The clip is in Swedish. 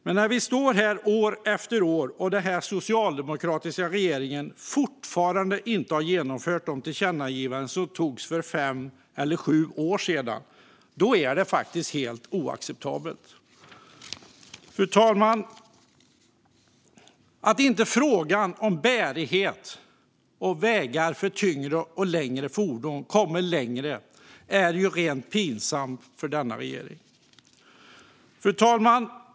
Men vi står här år efter år, och den socialdemokratiska regeringen har fortfarande inte genomfört det som uttrycks i de tillkännagivanden som det togs beslut om för fem eller sju år sedan. Det är helt oacceptabelt. Att inte frågan om bärighet och vägar för tyngre och längre fordon har kommit längre är rent pinsamt för denna regering. Fru talman!